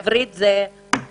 עברית זה כישורים גבוהים.